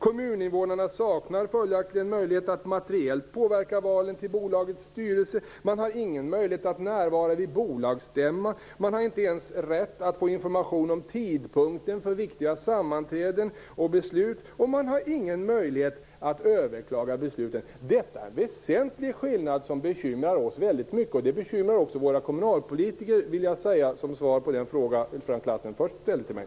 Kommuninvånarna saknar följaktligen möjlighet att materiellt påverka valet till bolagets styrelse. Man har ingen möjlighet att närvara vid bolagsstämma. Man har inte ens rätt att få information om tidpunkten för viktiga sammanträden och beslut, och man har ingen möjlighet att överklaga besluten. Detta är en väsentlig skillnad som bekymrar oss väldigt mycket. Det bekymrar också våra kommunalpolitiker, vill jag säga som svar på den fråga som Frank Lassen först ställde till mig.